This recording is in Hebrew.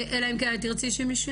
בבקשה.